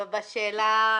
שגית,